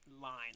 line